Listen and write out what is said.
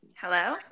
hello